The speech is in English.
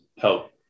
help